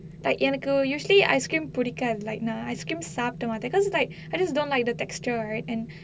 like எனக்கு:enakku usually ice cream புடிக்காது:pudikkaathu like நான்:naan ice cream சாப்ட்ட மாறி:saaptta maari I just don't like the texture right and